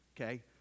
Okay